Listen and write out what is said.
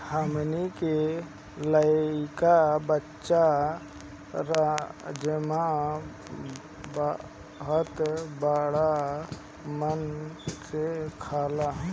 हमनी के लइका बच्चा राजमा भात बाड़ा मन से खाला